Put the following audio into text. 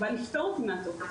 היא באה לפתור אותי מהטופס.